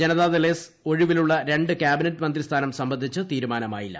Janata Dal S ഒഴിവിലുള്ള രണ്ട് കാബിന്റെ്റ് മന്ത്രിസ്ഥാനം സംബന്ധിച്ച് തീരുമാനമായില്ല